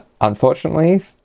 unfortunately